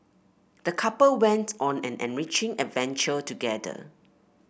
the couple went on an enriching adventure together